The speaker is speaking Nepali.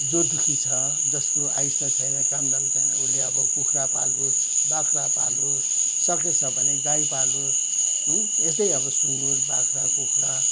जो दुःखी छ जसको आयस्ता छैन कामदाम छैन उसले अब कुखुरा पालोस् बाख्रा पालोस् सकेछ भने गाई पालोस् यस्तै अब सुँगुर बाख्रा कुखुरा